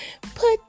put